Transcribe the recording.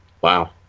Wow